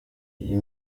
iyi